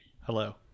Hello